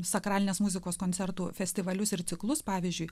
sakralinės muzikos koncertų festivalius ir ciklus pavyzdžiui